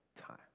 time